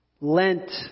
Lent